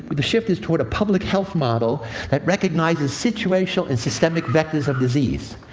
but the shift is toward a public health model that recognizes situational and systemic vectors of disease.